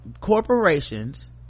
Corporations